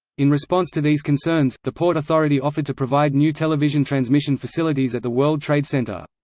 in response to these concerns, the port authority offered to provide new television transmission facilities at the world trade center.